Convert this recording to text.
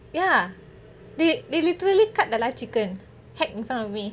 ya they they literally cut the life chicken neck in front of me